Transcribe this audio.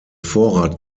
vorrat